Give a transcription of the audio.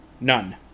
None